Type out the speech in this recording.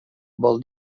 vol